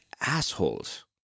assholes